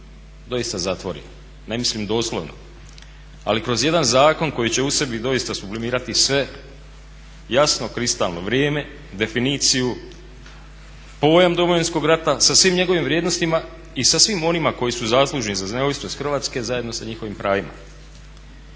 doista zatvori, ne mislim doslovno ali kroz jedan zakon koji će u sebi doista sublimirati sve, jasno kristalno vrijeme, definiciju, pojam Domovinskog rata sa svim njegovim vrijednostima i sa svim onima koji su zaslužni za neovisnost Hrvatske zajedno sa njihovim pravima.